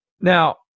Now